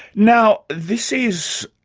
now this is,